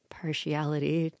partiality